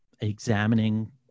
examining